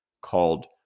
called